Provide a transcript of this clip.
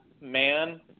man